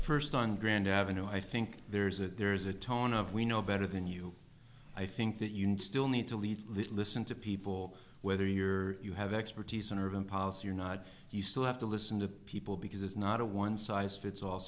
first on grand avenue i think there's a there's a tone of we know better than you i think that you still need to lead listen to people whether you're you have expertise in urban policy or not you still have to listen to people because it's not a one size fits all